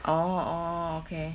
oh orh okay